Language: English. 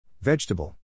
Vegetable